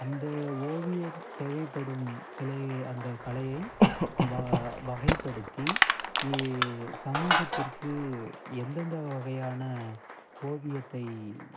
அந்த ஓவியத் தேவைப்படும் சிலை அந்த கலையை வா வகைப்படுத்தி இ சமூகத்திற்கு எந்தெந்த வகையான ஓவியத்தை